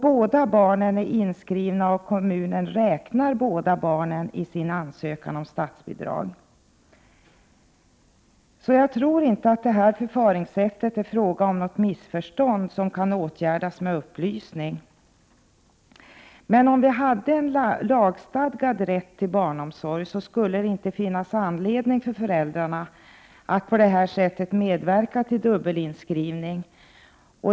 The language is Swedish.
Båda barnen är då inskrivna, och kommunen räknar båda i sin ansökan om statsbidrag. Detta förfaringssätt beror inte på ett missförstånd, som kan åtgärdas med upplysning. Om det fanns en lagstadgad rätt till barnomsorg skulle det inte finnas anledning för föräldrarna att på detta sätt medverka till dubbelinskrivning.